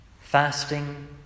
Fasting